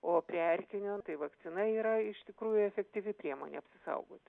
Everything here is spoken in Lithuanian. o prie erkinio tai vakcina yra iš tikrųjų efektyvi priemonė apsisaugot